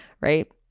right